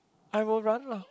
I will run lah